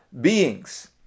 beings